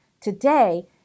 Today